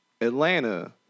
Atlanta